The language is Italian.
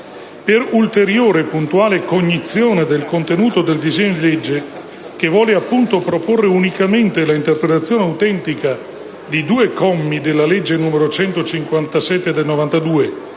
Per ulteriore e puntuale cognizione del contenuto del disegno di legge, che vuole appunto proporre unicamente l'interpretazione autentica di due commi della legge numero n. 157 del 1992